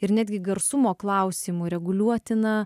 ir netgi garsumo klausimu reguliuotiną